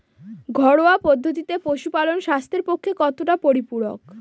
ঘরোয়া পদ্ধতিতে পশুপালন স্বাস্থ্যের পক্ষে কতটা পরিপূরক?